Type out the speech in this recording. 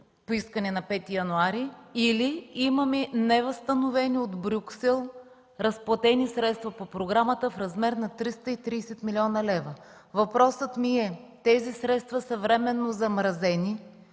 поискани на 5 януари, тоест имаме невъзстановени от Брюксел разплатени средства по програмата в размер 330 млн. лв. Въпросът ми е: тези средства са временно замразени,